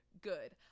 Good